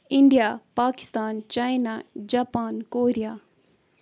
India Pakistan China Japan Korea